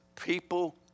people